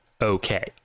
okay